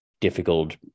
difficult